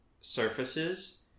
surfaces